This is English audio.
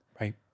right